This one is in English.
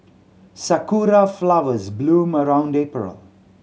sakura flowers bloom around April